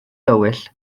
dywyll